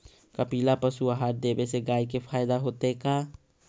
कपिला पशु आहार देवे से गाय के फायदा होतै का?